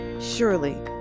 Surely